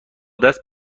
دست